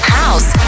house